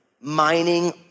mining